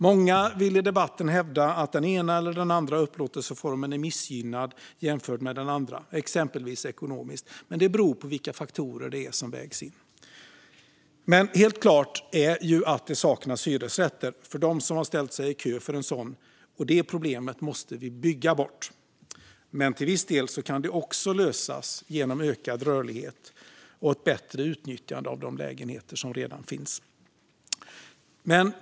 Många vill i debatten hävda att den ena eller andra upplåtelseformen är missgynnad vid en jämförelse, exempelvis ekonomiskt. Men det beror på vilka faktorer som vägs in. Men helt klart saknas det hyresrätter för dem som har ställt sig i kö för en sådan, och det problemet måste vi bygga bort. Till viss del kan det också lösas genom ökad rörlighet och ett bättre utnyttjande av de lägenheter som redan finns.